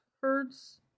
herds